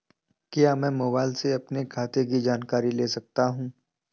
क्या मैं मोबाइल से अपने खाते की जानकारी ले सकता हूँ?